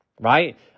Right